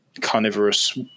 carnivorous